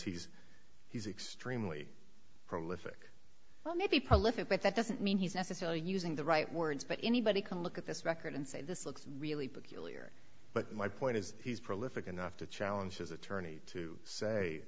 he's he's extremely prolific well maybe prolific but that doesn't mean he's necessarily using the right words but anybody can look at this record and say this looks really peculiar but my point is he's prolific enough to challenge his attorney to say